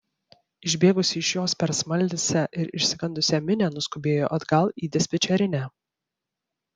išbėgusi iš jos per smalsią ir išsigandusią minią nuskubėjo atgal į dispečerinę